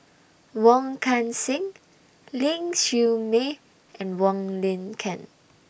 Wong Kan Seng Ling Siew May and Wong Lin Ken